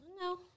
No